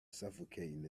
suffocating